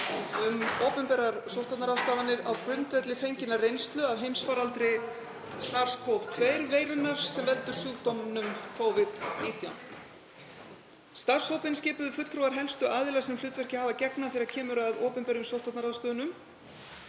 um opinberar sóttvarnaráðstafanir á grundvelli fenginnar reynslu af heimsfaraldri SARS-CoV-2-veirunnar sem veldur sjúkdómnum Covid-19. Starfshópinn skipuðu fulltrúar helstu aðila sem hlutverki hafa að gegna þegar kemur að opinberum sóttvarnaráðstöfunum.